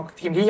team